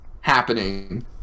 happening